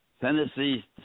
Tennessee